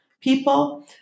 people